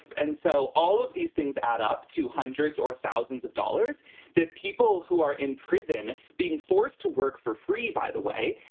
and so all of these things add up to hundreds or thousands of dollars that people who are in prison being forced to work for free, by the way,